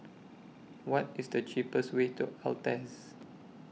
What IS The cheapest Way to Altez